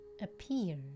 appear